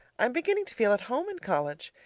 i am beginning to feel at home in college,